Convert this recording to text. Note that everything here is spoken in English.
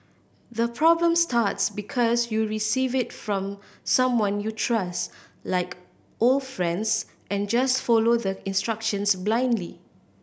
the problem starts because you receive it from someone you trust like old friends and just follow the instructions blindly